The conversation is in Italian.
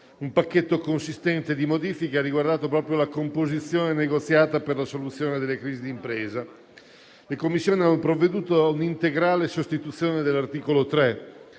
Un pacchetto consistente di modifiche ha riguardato proprio la composizione negoziata per la soluzione delle crisi di impresa. Le Commissioni hanno provveduto a un'integrale sostituzione dell'articolo 3.